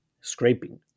scraping